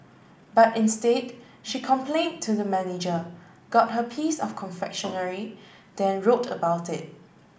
but instead she complained to the manager got her piece of confectionery then wrote about it